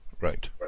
Right